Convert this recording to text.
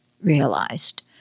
realized